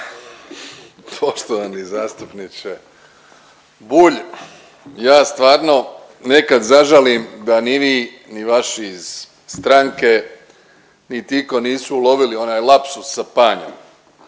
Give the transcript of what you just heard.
Poštovani zastupniče Bulj ja stvarno nekad zažalim da ni vi ni vaši iz stranke niti itko nisu ulovili onaj lapsus sa Panjom